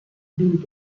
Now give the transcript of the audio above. vint